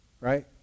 right